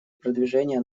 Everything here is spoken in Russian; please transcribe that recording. продвижения